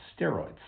steroids